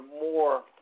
more